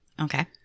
Okay